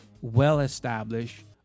well-established